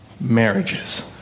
marriages